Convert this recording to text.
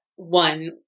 One